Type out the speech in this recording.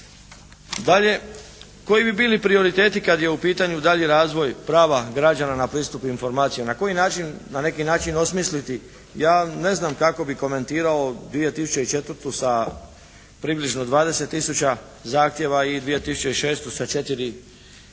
Dalje, koji bi bili prioriteti kad je u pitanju dalji razvoj prava građana na pristup informacija? Na koji način na neki način osmisliti? Ja ne znam kako bi komentirao 2004. sa približno 20 tisuća zahtjeva i 2006. sa 4